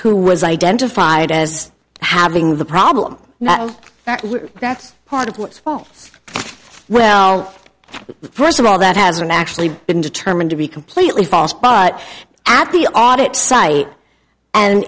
who was identified as having the problem now that's part of what falls well first of all that hasn't actually been determined to be completely false but at the audit site and